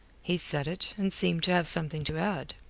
he said it, and seemed to have something to add.